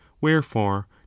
wherefore